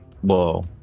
whoa